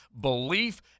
belief